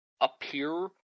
appear